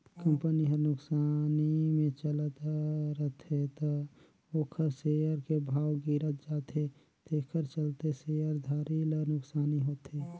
company हर नुकसानी मे चलत रथे त ओखर सेयर के भाव गिरत जाथे तेखर चलते शेयर धारी ल नुकसानी होथे